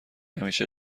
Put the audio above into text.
همیشه